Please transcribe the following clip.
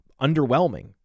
underwhelming